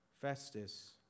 Festus